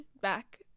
back